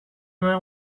duen